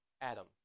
Adam